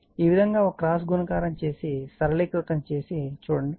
కాబట్టి ఈ విధంగా ఒక క్రాస్ గుణకారం చేసి సరళీకృతం చేసి ఆపై ఉంచండి